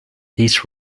these